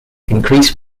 increased